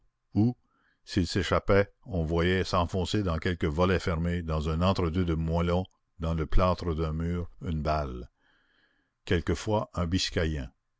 s'il échappait on voyait s'enfoncer dans quelque volet fermé dans un entre-deux de moellons dans le plâtre d'un mur une balle quelquefois un